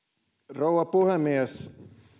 rouva puhemies